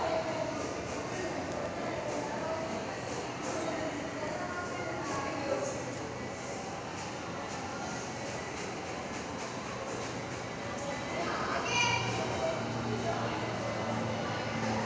UPI ద్వారా వేరే bank account లోకి డబ్బులు పంపించవచ్చా?